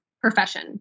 profession